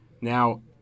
Now